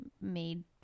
made